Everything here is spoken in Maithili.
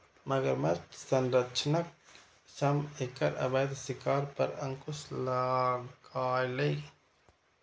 मगरमच्छ संरक्षणक सं एकर अवैध शिकार पर अंकुश लागलैए